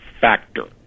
factor